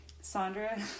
Sandra